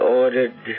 ordered